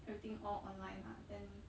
everything all online lah then